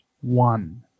one